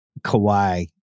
Kawhi